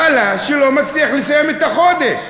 החלש, שלא מצליח לסיים את החודש.